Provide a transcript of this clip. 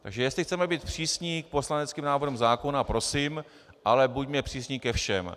Takže jestli chceme být přísní k poslaneckým návrhům zákonů, prosím, ale buďme přísní ke všem.